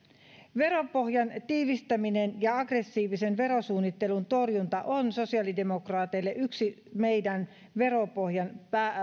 veropohjan tiivistäminen ja aggressiivisen verosuunnittelun torjunta on sosiaalidemokraateille yksi meidän veropohjan